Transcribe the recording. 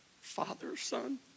father-son